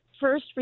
first